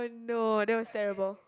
no that was terrible